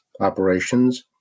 operations